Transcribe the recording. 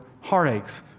heartaches